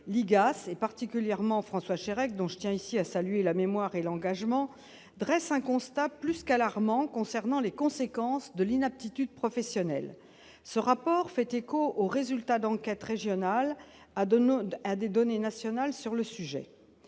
c'est particulièrement François Chérèque dont je tiens ici à saluer la mémoire et l'engagement, dresse un constat plus qu'alarmant concernant les conséquences de l'inaptitude professionnelle, ce rapport fait écho aux résultats d'enquêtes régionales a donné à des données nationales sur le sujet